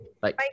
Bye